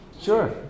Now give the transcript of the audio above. Sure